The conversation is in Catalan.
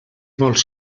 vols